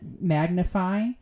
magnify